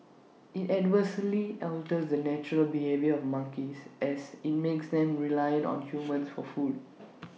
IT adversely alters the natural behaviour of monkeys as in makes them reliant on humans for food